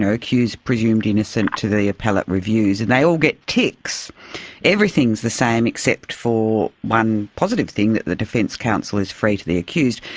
ah accused presumed innocent to the appellate reviews, and they all get ticks everything's the same except for one positive thing that the defence counsel is free to the accused.